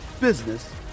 business